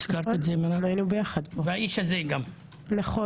והאיש הזה גם,